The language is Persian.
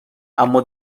اما